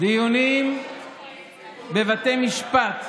דיונים בבתי משפט,